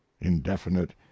Indefinite